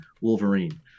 Wolverine